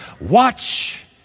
Watch